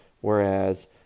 Whereas